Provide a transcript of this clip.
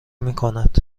میکند